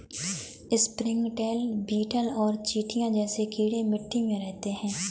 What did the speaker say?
springtail, beetle और चींटियां जैसे कीड़े मिट्टी में रहते हैं